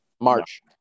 March